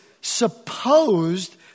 supposed